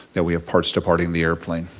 that we have parts departing the airplane.